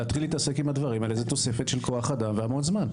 להתחיל להתעסק עם הדברים האלה זה תוספת של כוח אדם והמון זמן.